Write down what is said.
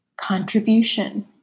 contribution